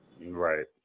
right